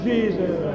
Jesus